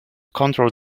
control